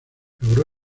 logró